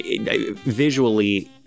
Visually